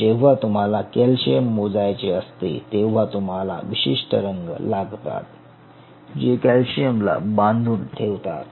जेव्हा तुम्हाला कॅल्शिअम मोजायचे असते तेव्हा तुम्हाला विशिष्ट रंग लागतात जे कॅल्शियमला बांधून ठेवतात